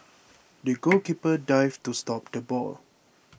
the goalkeeper dived to stop the ball